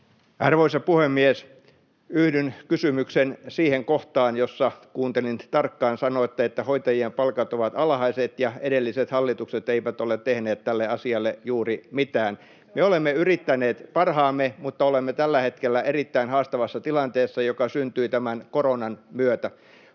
Arvoisa puhemies! Yhdyn kysymyksen siihen kohtaan, jossa kuuntelin tarkkaan: sanoitte, että hoitajien palkat ovat alhaiset ja edelliset hallitukset eivät ole tehneet tälle asialle juuri mitään. Me olemme yrittäneet parhaamme, mutta olemme tällä hetkellä erittäin haastavassa tilanteessa, joka syntyi tämän koronan myötä.